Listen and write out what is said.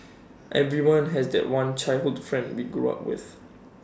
everyone has that one childhood friend we grew up with